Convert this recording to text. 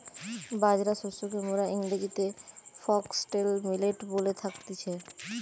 বাজরা শস্যকে মোরা ইংরেজিতে ফক্সটেল মিলেট বলে থাকতেছি